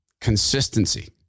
Consistency